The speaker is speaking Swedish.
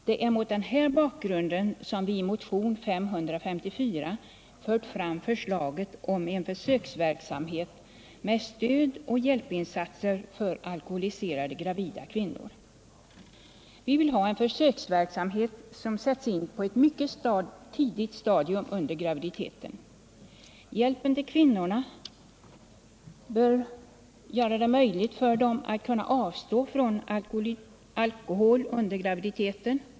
Det är mot denna bakgrund som vi i motionen 554 för fram förslaget om en försöksverksamhet med stödoch hjälpinsatser för alkoholiserade gravida kvinnor. Vi vill ha en försöksverksamhet som sätts in på ett mycket tidigt stadium under graviditeten. Hjälpen till kvinnorna bör göra det möjligt för dem att avstå från alkohol under graviditeten.